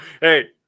Hey